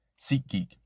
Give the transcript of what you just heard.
SeatGeek